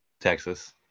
Texas